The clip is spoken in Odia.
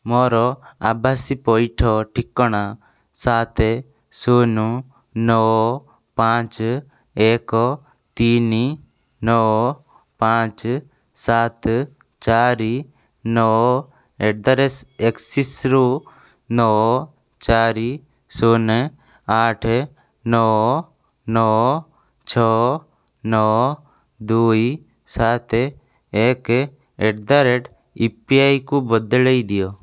ମୋର ଆବାସୀ ପଇଠ ଠିକଣା ସାତେ ଶୂନ ନଅ ପାଞ୍ଚେ ଏକ ତିନି ନଅ ପାଞ୍ଚେ ସାତ ଚାରି ନଅ ଆଟ୍ ଦ ରେଟ୍ ଆକ୍ସିସ୍ରୁ ନଅ ଚାରି ଶୂନ ଆଠେ ନଅ ନଅ ଛଅ ନଅ ଦୁଇ ସାତେ ଏକେ ଆଟ୍ ଦ ରେଟ୍ ଇପିଆଇକୁ ବଦଳାଇ ଦିଅ